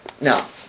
Now